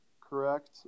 correct